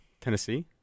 Tennessee